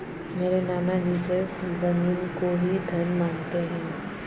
मेरे नाना जी सिर्फ जमीन को ही धन मानते हैं